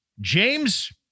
James